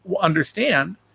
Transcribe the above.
understand